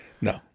No